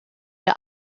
der